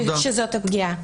וזאת הפגיעה.